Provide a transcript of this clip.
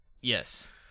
Yes